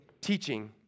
teaching